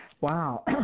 wow